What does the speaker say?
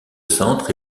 centre